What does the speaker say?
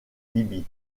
libye